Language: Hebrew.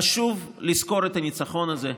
חשוב לזכור את הניצחון הזה,